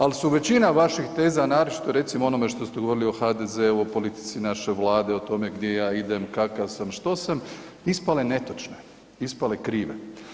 Ali su većina vaših teza, a naročito recimo o onome što ste govorili o HDZ-u, o politici naše Vlade, o tome gdje ja idem, kakav sam, što sam ispale netočne, ispale krive.